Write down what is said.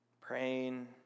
Praying